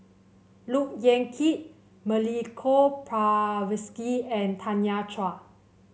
Look Yan Kit Milenko Prvacki and Tanya Chua